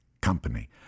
company